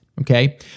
okay